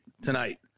tonight